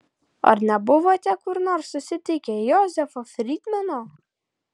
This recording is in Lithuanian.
ar nebuvote kur nors susitikęs jozefo frydmano